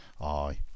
aye